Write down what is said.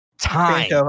time